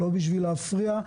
לא בשביל להפריע.